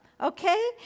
okay